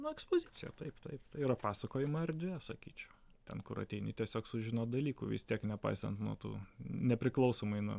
nu ekspozicija taip taip tai yra pasakojimo erdvė sakyčiau ten kur ateini tiesiog sužinot dalykų vis tiek nepaisant nu tų nepriklausomai nuo